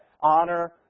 honor